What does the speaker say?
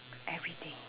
every day